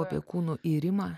apie kūnų irimą